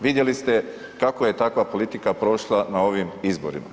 Vidjeli ste kako je takva politika prošla na ovim izborima.